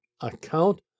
account